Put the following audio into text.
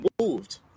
moved